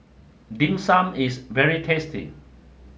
dim sum is very tasty